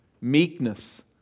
meekness